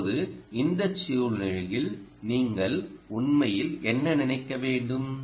இப்போது இந்த சூழ்நிலையில் நீங்கள் உண்மையில் என்ன நினைக்கவேண்டும்